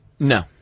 No